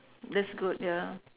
that's good ya